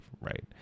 right